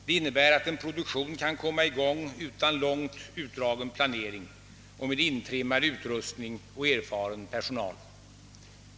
Det innebär att en produktion kan komma i gång utan långt utdragen planering med intrimmad utrustning och erfaren personal.